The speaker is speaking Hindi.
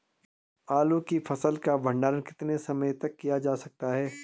आलू की फसल का भंडारण कितने समय तक किया जा सकता है?